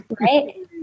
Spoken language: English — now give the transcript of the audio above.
Right